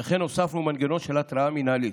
וכן הוספנו מנגנון של התראה מינהלית.